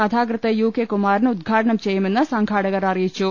കഥാകൃത്ത് യു കെ കുമാരൻ ഉദ്ഘാടനം ചെയ്യു മെന്ന് സംഘാടകർ അറിയിച്ചു